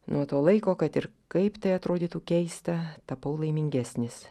nuo to laiko kad ir kaip tai atrodytų keista tapau laimingesnis